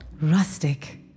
rustic